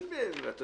לא